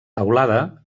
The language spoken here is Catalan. teulada